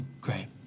Great